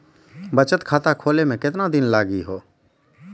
बचत खाता खोले मे केतना दिन लागि हो?